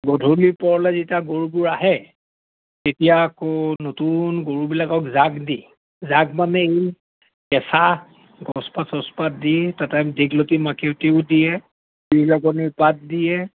গধূলিৰ পৰলে যেতিয়া গৰুবোৰ আহে তেতিয়া আকৌ নতুন গৰুবিলাকক জাক দি জাক মানে ই কেঁচা গছপাত চচপাত দি তাতে দীঘলতি মাখিয়তিও দিয়ে বিহলঙনীৰ পাত দিয়ে